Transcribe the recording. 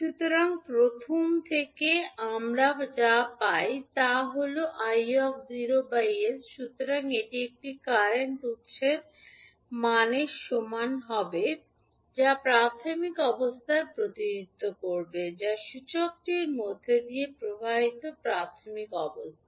সুতরাং প্রথম থেকে আমরা যা পাই তা হল 𝑖 𝑠 সুতরাং এটি একটি কারেন্ট উত্সের মান হবে যা প্রাথমিক অবস্থার প্রতিনিধিত্ব করবে যা সূচকটির মধ্য দিয়ে প্রবাহিত প্রাথমিক অবস্থা